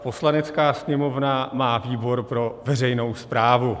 Poslanecká sněmovna má výbor pro veřejnou správu.